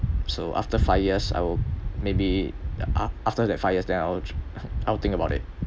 so after five years I'd maybe the af~ after that five years then I'll I'll think about it